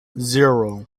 zero